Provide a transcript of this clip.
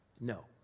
No